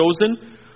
chosen